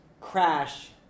Crash